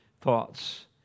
thoughts